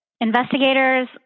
investigators